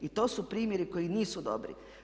I to su primjeri koji nisu dobri.